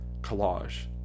collage